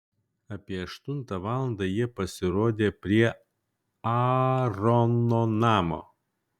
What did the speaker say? apie aštuntą valandą jie pasirodė prie aarono namo